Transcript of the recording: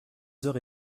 heures